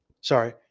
sorry